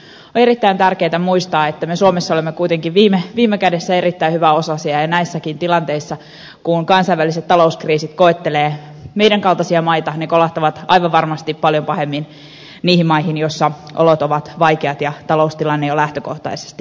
on erittäin tärkeätä muistaa että me suomessa olemme kuitenkin viime kädessä erittäin hyväosaisia ja näissäkin tilanteissa kun kansainväliset talouskriisit koettelevat meidän kaltaisia maita ne kolahtavat aivan varmasti paljon pahemmin niihin maihin joissa olot ovat vaikeat ja taloustilanne jo lähtökohtaisesti hankala